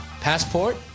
Passport